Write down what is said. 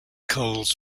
coles